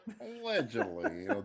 Allegedly